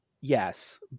Yes